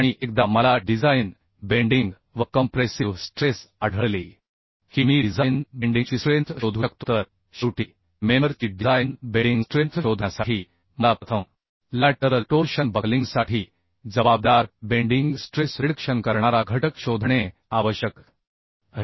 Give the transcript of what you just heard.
आणि एकदा मला डिझाइन बेंडिंग व कंप्रेसिव्ह स्ट्रेस आढळली की मी डिझाइन बेंडिंगची स्ट्रेंथ शोधू शकतो तर शेवटी मेंबर ची डिझाइन बेंडिंग स्ट्रेंथ शोधण्यासाठी मला प्रथम लॅटरल टोर्शन बकलिंगसाठी जबाबदार बेंडिंग स्ट्रेस रिडक्शन करणारा घटक शोधणे आवश्यक आहे